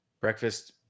Breakfast